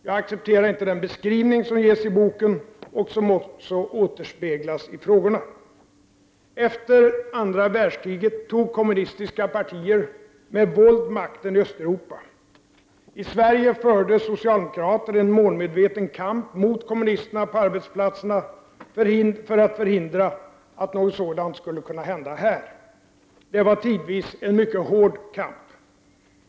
Jag accepterar inte den beskrivning som ges i boken och som också återspeglas i frågorna. Efter andra världskriget tog kommunistiska partier med våld makten i Östeuropa. I Sverige förde socialdemokrater en målmedveten kamp mot kommunisterna på arbetsplatserna för att förhindra att något sådant skulle kunna hända här. Det var tidvis en mycket hård kamp.